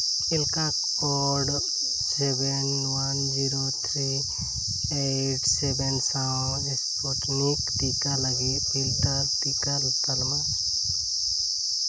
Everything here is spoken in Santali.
ᱮᱞᱠᱟ code seven one zero three eight seven ᱥᱟᱶ ᱮᱥᱯᱩᱴᱤᱱᱤᱠ ᱴᱤᱠᱟᱹ ᱞᱟᱹᱜᱤᱫ ᱯᱷᱤᱞᱴᱟᱨ ᱴᱤᱠᱟᱹ ᱛᱟᱞᱢᱟ